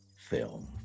film